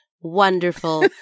wonderful